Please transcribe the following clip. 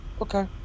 okay